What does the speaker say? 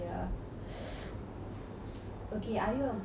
okay are you about daddy's girl or mummy's girl